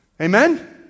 Amen